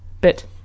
bit